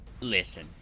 Listen